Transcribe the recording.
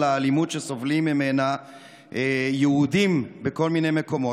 האלימות שסובלים ממנה יהודים בכל מיני מקומות.